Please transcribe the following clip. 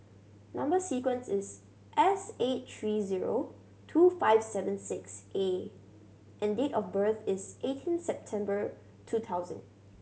number sequence is S eight three zero two five seven six A and date of birth is eighteen September two thousand